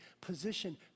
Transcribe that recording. position